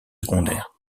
secondaires